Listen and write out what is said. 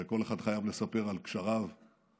הרי כל אחד חייב לספר על קשריו האישיים,